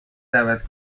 دعوت